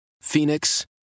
Phoenix